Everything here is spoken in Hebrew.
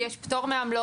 לי יש פטור מעמלות.